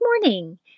morning